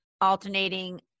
alternating